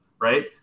right